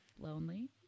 lonely